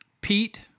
Pete